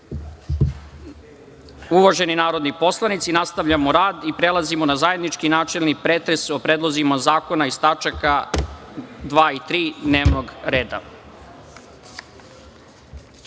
Košćal. Uvaženi narodni poslanici, nastavljamo rad i prelazimo na zajednički načelni pretres o predlozima zakona iz tačaka 2. i 3. dnevnog